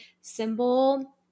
symbol